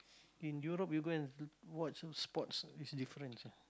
in Europe you go and watch some sports is different